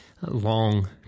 long